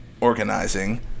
Organizing